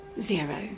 Zero